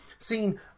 Seen